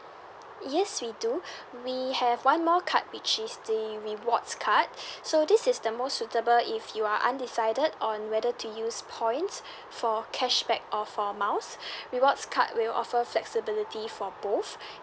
yes we do we have one more card which is the rewards card so this is the most suitable if you are undecided on whether to use points for cashback or for miles rewards card will offer flexibility for both